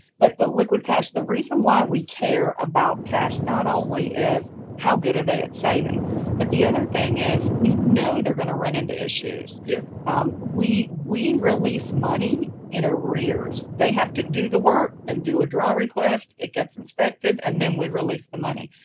but the liquid cash, the reason why we care about cash, not only is how good are they at saving but the other thing is we know they're going to run into issues. yeah we we release money in a rears. they have to do the work, then do a draw request, it gets inspected and then we release the money.